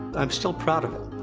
i'm still proud of it.